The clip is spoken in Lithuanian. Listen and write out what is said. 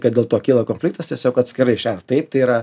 kad dėl to kyla konfliktas tiesiog atskirai šert taip tai yra